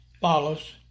follows